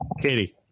Katie